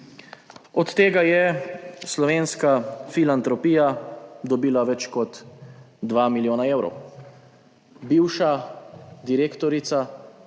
Od tega je Slovenska filantropija dobila več kot 2 milijona evrov. Bivša direktorica,